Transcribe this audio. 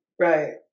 Right